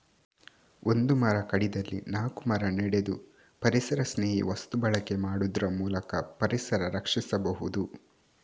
ಒಂದು ಮರ ಕಡಿದಲ್ಲಿ ನಾಲ್ಕು ಮರ ನೆಡುದು, ಪರಿಸರಸ್ನೇಹಿ ವಸ್ತು ಬಳಕೆ ಮಾಡುದ್ರ ಮೂಲಕ ಪರಿಸರ ರಕ್ಷಿಸಬಹುದು